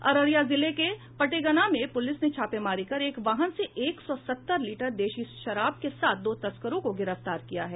अररिया जिले के पटेगना में पूलिस ने छापेमारी कर एक वाहन से एक सौ सत्तर लीटर देशी शराब के साथ दो तस्करों को गिरफ्तार किया है